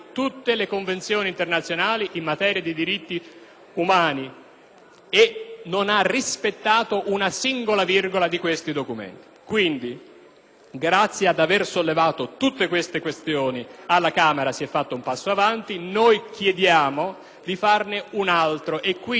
umani e non ha rispettato una singola virgola di questi documenti. Grazie al fatto di aver sollevato tutte queste questioni alla Camera si è compiuto un passo avanti; chiediamo di farne un altro, recuperando il denaro necessario attraverso